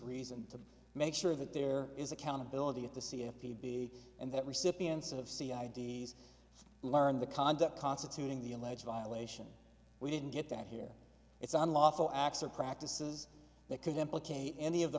reason to make sure that there is accountability at the c f p be and that recipients of c i d s learned the conduct constituting the alleged violation we didn't get that here it's unlawful acts or practices that could implicate any of the